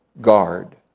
guard